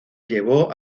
llevó